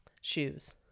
shoes